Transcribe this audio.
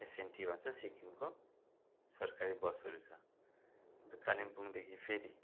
SNT भन्छ सिक्किमको सरकारी बसहरू छ अन्त कालिम्पोङदेखि फेरि